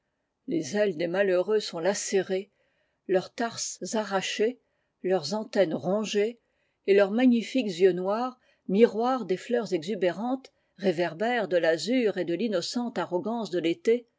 les ailes des malheureux sont lacérées wrs tarses arrachés leurs antennes rongées et xcurs magnifiques yeux noirs miroirs des ftôurs exubérantes réverbères de l'azur et de lu ocente arrogance de tétéi